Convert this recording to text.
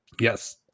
Yes